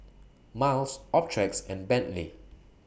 Miles Optrex and Bentley